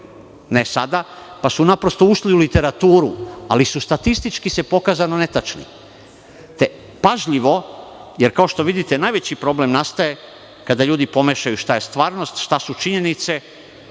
ne sada, pa su naprosto ušli u literaturu, ali su statistički netačni. Jer, kao što vidite, najveći problem nastaje kada ljudi pomešaju šta je stvarnost, šta su činjenice